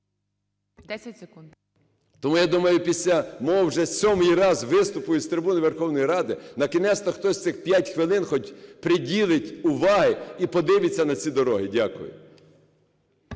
Тому, я думаю, після мого, вже сьомий раз, виступу із трибуну Верховної Ради накінець-то хтось цих 5 хвилин хоть приділить уваги і подивиться на ці дороги. Дякую.